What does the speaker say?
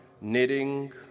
knitting